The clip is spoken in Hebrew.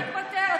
למה להתפטר?